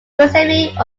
giuseppe